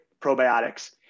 probiotics